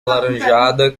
alaranjada